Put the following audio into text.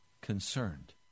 concerned